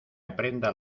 aprenda